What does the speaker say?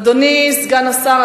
אדוני סגן השר,